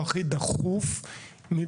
מה